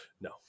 no